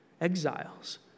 exiles